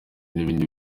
n’ibindi